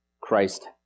Christ